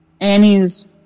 Annie's